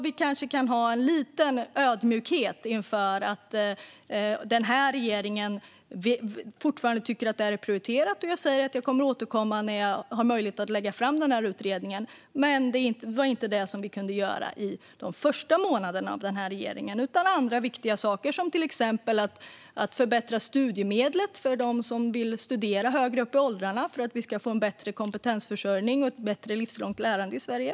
Vi kanske kan ha en liten ödmjukhet inför att den här regeringen fortfarande tycker att detta är prioriterat. Jag återkommer när jag har möjlighet att lägga fram den här utredningen. Vi kunde inte göra det under de första månaderna av den här regeringens tid. Det fanns andra viktiga saker som vi behövde göra, till exempel att förbättra studiemedlen för dem som vill studera högre upp i åldrarna. Det gör vi för att få en bättre kompetensförsörjning och ett bättre livslångt lärande i Sverige.